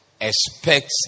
expects